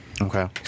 Okay